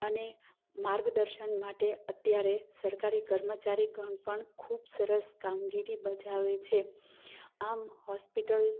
અને માર્ગદર્શન માટે અત્યારે સરકારી કર્મચારીગણ પણ ખૂબ સરસ કામગીરી બજાવે છે આમ હોસ્પિટલ